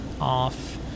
off